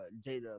Jada